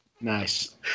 Nice